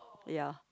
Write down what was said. ya